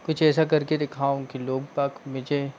कुछ ऐसा कर के दिखाऊँ कि लोग बाग मुझे